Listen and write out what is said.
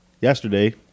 yesterday